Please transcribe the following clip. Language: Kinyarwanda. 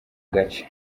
gace